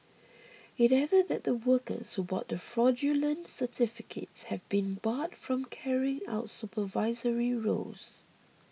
it added that the workers who bought the fraudulent certificates have been barred from carrying out supervisory roles